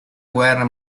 guerra